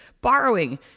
borrowing